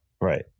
right